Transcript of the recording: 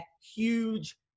huge